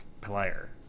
player